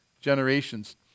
generations